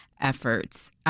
efforts